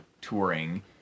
touring